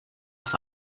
auf